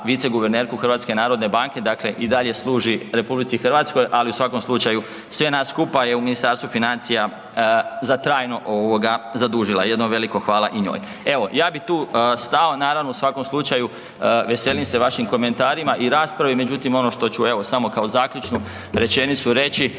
viceguvernerku HNB-a, dakle i dalje služi RH, ali u svakom slučaju sve nas skupa je u Ministarstvu financija za trajno ovoga zadužila. Jedno veliko hvala i njoj. Evo ja bi tu stao, naravno u svakom slučaju veselim se vašim komentarima i raspravi. Međutim, ono što ću evo samo kao zaključnu rečenicu reći,